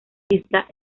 islas